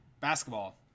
Basketball